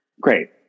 Great